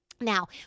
Now